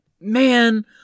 man